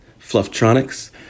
Flufftronics